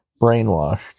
brainwashed